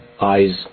eyes